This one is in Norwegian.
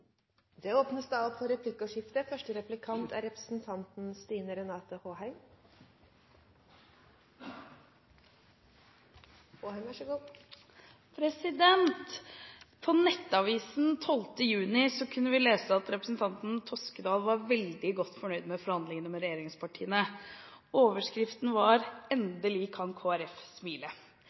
replikkordskifte. På Nettavisen 12. juni kunne vi lese at representanten Toskedal var veldig godt fornøyd med forhandlingene med regjeringspartiene. Overskriften var: «Endelig kan KrF smile».